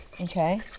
Okay